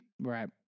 Right